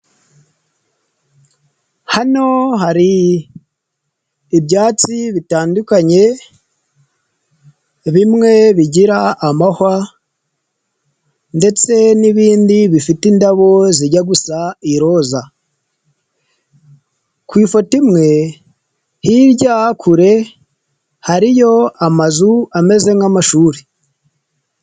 Hano hari ibyatsi bitandukanye bimwe bigira amahwa ndetse n'ibindi bifite indabo zijya gusa iroza, ku ifoto imwe hirya kure hariyo amazu ameze nk'amashuri.